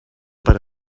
per